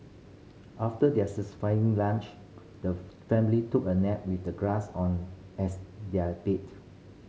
after their satisfying lunch the family took a nap with the grass on as their bed